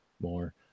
more